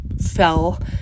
fell